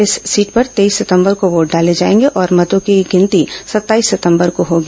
इस सीट पर तेईस सितंबर को वोट डाले जाएंगे और मतों की गिनती सत्ताईस सितंबर को होगी